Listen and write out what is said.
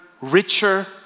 richer